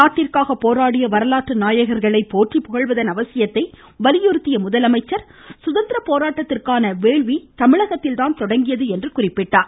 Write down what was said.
நாட்டிற்காக போராடிய வரலாற்று நாயகர்களை போற்றி புகழ்வதன் அவசியத்தை வலியுறுத்திய முதலமைச்சர் சுதந்திர போராட்டத்திற்கான வேள்வி தமிழகத்தில்தான் தொடங்கியது என்று குறிப்பிட்டார்